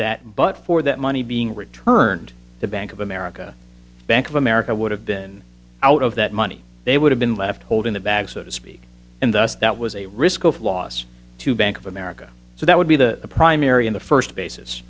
that but for that money being returned to bank of america bank of america would have been out of that money they would have been left holding the bag so to speak and thus that was a risk of loss to bank of america so that would be the primary in the first basis